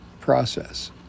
process